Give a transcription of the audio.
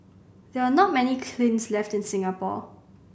there are not many kilns left in Singapore